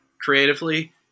creatively